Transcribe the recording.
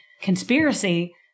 conspiracy